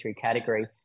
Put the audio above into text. category